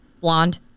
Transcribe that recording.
Blonde